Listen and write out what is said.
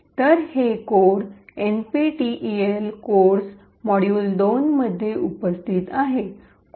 तर हे code NPTEL codes module 2 nptel codesmodule2मध्ये उपस्थित आहेत